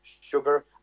sugar